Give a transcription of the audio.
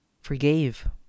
forgave